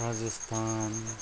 Rajasthan